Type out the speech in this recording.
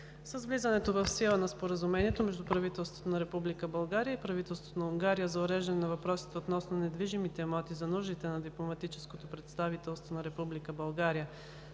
С влизането в сила на Споразумението между правителството на Република България и правителството на Унгария за уреждане на въпросите относно недвижимите имоти за нуждите на дипломатическото представителство на Република